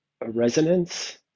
resonance